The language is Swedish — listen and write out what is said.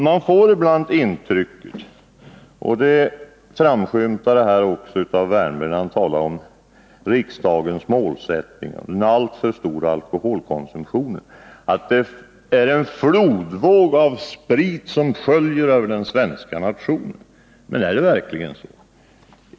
Man får ibland intrycket — det framskymtade också när Erik Wärnberg talade om riksdagens målsättning och den alltför stora alkoholkonsumtionen — att en flodvåg av sprit sköljer över den svenska nationen. Men är det verkligen så?